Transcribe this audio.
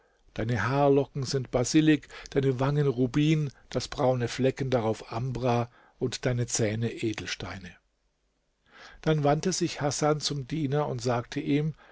deine haarlocken sind basilik deine wangen rubin das braune flecken darauf ambra und deine zähne edelsteine dann wandte sich hasan zum diener und sagte ihm